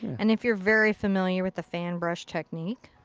and if you're very familiar with the fan brush technique,